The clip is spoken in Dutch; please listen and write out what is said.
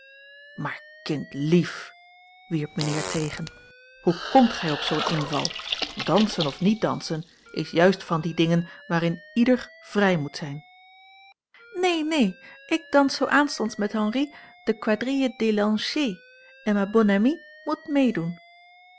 maar kindlief wierp mijnheer tegen hoe komt gij op zoo'n inval dansen of niet dansen is juist van die dingen waarin ieder vrij moet zijn neen neen ik dans zoo aanstonds met henri de quadrille des lanciers en ma bonne amie moet meedoen